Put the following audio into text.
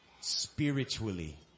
spiritually